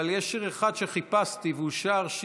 אבל יש שיר אחד שחיפשתי שהוא שר,